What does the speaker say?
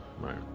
right